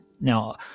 Now